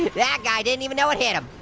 that guy didn't even know what hit him.